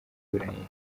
iburanisha